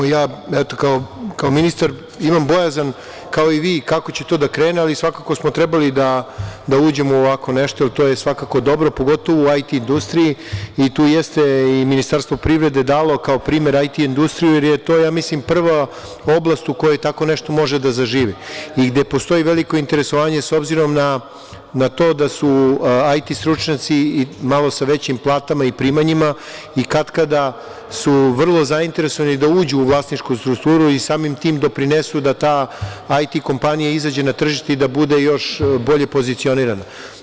Ja kao ministar imam bojazan kao i vi kako će to da krene, ali svakako smo trebali da uđemo u ovako nešto jer to je svakako dobro pogotovo u IT industriji i tu jeste i Ministarstvo privrede dalo kao primer IT industriju jer mislim da je to prva oblast u kojoj tako nešto može da zaživi i gde postoji veliko interesovanje s obzirom na to da su IT stručnjaci malo sa većim platama i primanjima i kad-kad su vrlo zainteresovani da uđu u vlasničku strukturu i samim tim doprinesu da ta IT kompanija izađe na tržište i da bude bolje pozicionirana.